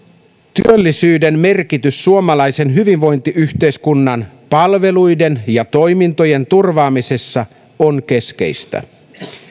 työllisyyden merkitys suomalaisen hyvinvointiyhteiskunnan palveluiden ja toimintojen turvaamisessa on keskeistä